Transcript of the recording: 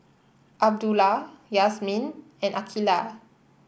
Abdullah Yasmin and Aqilah